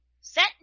set